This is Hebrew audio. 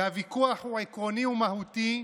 והוויכוח הוא עקרוני ומהותי,